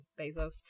Bezos